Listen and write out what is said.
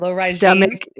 stomach